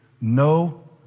No